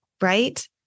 right